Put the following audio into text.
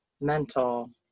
mental